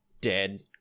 dead